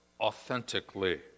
authentically